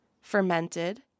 Fermented